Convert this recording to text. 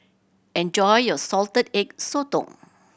enjoy your Salted Egg Sotong